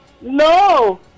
No